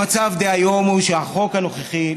המצב דהיום הוא הוא שהחוק הנוכחי,